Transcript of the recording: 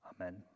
Amen